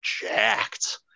jacked